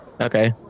okay